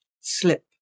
slip